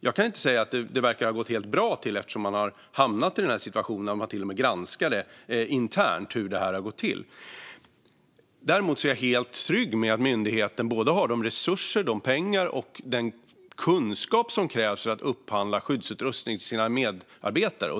Jag kan inte säga att det verkar ha gått helt bra eftersom man har hamnat i den här situationen och man till och med granskar internt hur det har gått till. Däremot är jag helt trygg med att myndigheten har både de resurser och pengar och den kunskap som krävs för att upphandla skyddsutrustning till sina medarbetare.